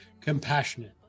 compassionate